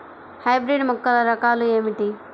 Hybrid మొక్కల రకాలు ఏమిటి?